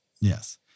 yes